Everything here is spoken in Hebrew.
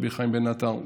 רבי חיים בן עטר,